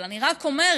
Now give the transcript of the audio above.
אבל אני רק אומרת: